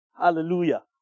Hallelujah